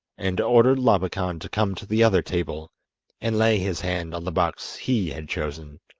and ordered labakan to come to the other table and lay his hand on the box he had chosen.